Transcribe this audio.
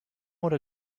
oder